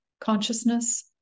consciousness